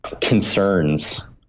concerns